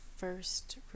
first